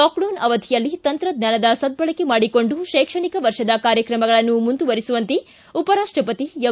lockdown ಅವಧಿಯಲ್ಲಿ ತಂತ್ರಜ್ವಾನದ ಸದ್ದಳಕೆ ಮಾಡಿಕೊಂಡು ಶೈಕ್ಷಣಿಕ ವರ್ಷದ ಕಾರ್ಯಕ್ರಮಗಳನ್ನು ಮುಂದುವರಿಸುವಂತೆ ಉಪರಾಷ್ಟಪತಿ ಎಂ